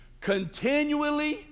Continually